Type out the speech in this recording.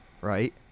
right